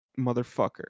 Motherfucker